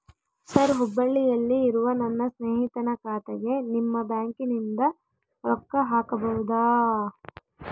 Sir ಹುಬ್ಬಳ್ಳಿಯಲ್ಲಿ ಇರುವ ನನ್ನ ಸ್ನೇಹಿತನ ಖಾತೆಗೆ ನಿಮ್ಮ ಬ್ಯಾಂಕಿನಿಂದ ರೊಕ್ಕ ಹಾಕಬಹುದಾ?